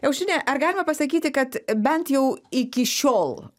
aušrine ar galima pasakyti kad bent jau iki šiol